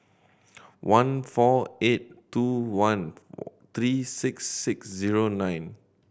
one four eight two one three six six zero nine